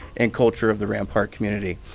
and culture of the rampart community.